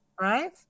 Right